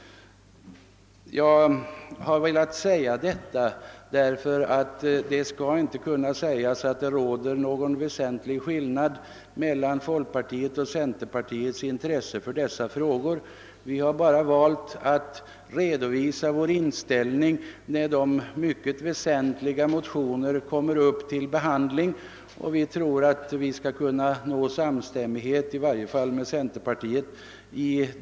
Jag har velat framhålla detta för att det inte skall kunna sägas att det råder någon väsentlig skillnad mellan folkpartiet och centerpartiet i dessa frågor. Inom folkpartiet har vi valt att redovisa vår inställning när de mycket väsentliga motionerna skall behandlas, och vi tror att vi skall kunna nå samstämmighet i varje fall med centerpartiet.